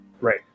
Right